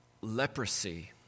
leprosy